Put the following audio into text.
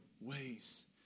ways